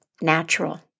natural